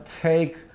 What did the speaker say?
take